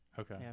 Okay